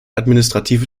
administrative